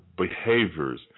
behaviors